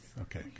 Okay